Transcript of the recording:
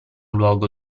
luogo